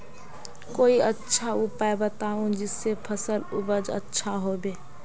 कोई अच्छा उपाय बताऊं जिससे फसल उपज अच्छा होबे